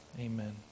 Amen